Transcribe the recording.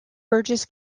burgess